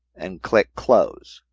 and click close.